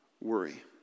worry